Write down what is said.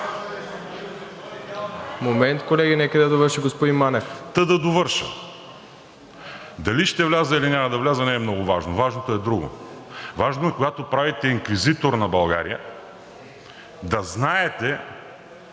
Момент, колеги. Нека да довърши господин Манев. МАНОИЛ МАНЕВ: Та, да довърша. Дали ще вляза, или няма да вляза, не е много важно. Важното е друго. Важно е, когато правите инквизитор на България, да знаете,